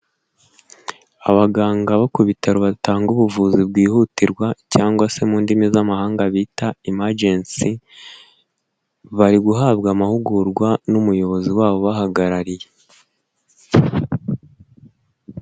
Abaganga bo ku bitaro batanga ubuvuzi bwihutirwa cyangwa se mu ndimi z'amahanga bita Imagensi, bari guhabwa amahugurwa n'umuyobozi wabo ubahagarariye.